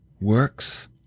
works